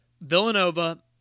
Villanova